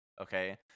Okay